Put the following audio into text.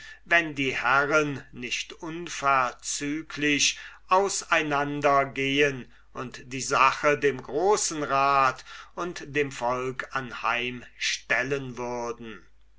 wenn die herren nicht unverzüglich aus einander gehen und die sache dem großen rat und dem volk anheimstellen würden